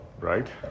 right